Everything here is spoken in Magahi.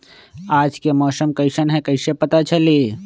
आज के मौसम कईसन हैं कईसे पता चली?